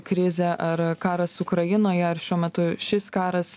krizė ar karas ukrainoje ar šiuo metu šis karas